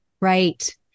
Right